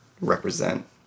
represent